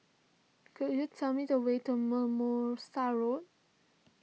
could you tell me the way to Mimosa Road